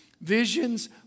visions